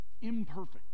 imperfect